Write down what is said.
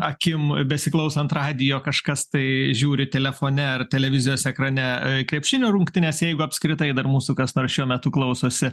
akim besiklausant radijo kažkas tai žiūri telefone ar televizijos ekrane krepšinio rungtynes jeigu apskritai dar mūsų kas nors šiuo metu klausosi